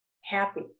happy